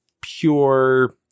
pure